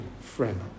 friend